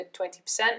20%